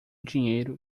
dinheiro